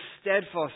steadfast